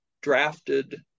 drafted